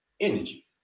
Energy